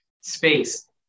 space